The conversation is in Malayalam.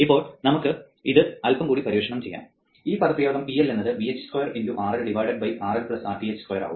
ഇപ്പോൾ നമുക്ക് ഇത് അൽപ്പം കൂടി പര്യവേക്ഷണം ചെയ്യാം ഈ പദപ്രയോഗം PL എന്നത് Vth square × RL RL Rth square ആവും